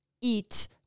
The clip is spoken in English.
eat